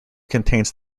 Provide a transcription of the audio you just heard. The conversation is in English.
contains